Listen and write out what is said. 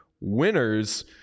winners